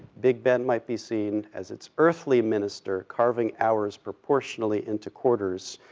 big ben might be seen as its earthly minister, carving hours proportionally into quarters,